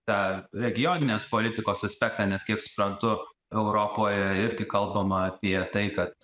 tą regioninės politikos aspektą nes kaip suprantu europoje irgi kalbama apie tai kad